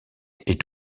est